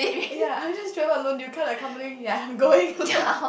ya I will just travel alone you can't accompany me ya I'm going alone